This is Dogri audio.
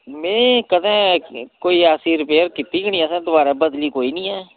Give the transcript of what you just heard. नेईं कदें कोई ऐसी रिपेअर कीती गै नेईं असें दवारै बदली कोई निं ऐं